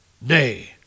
Nay